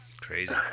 crazy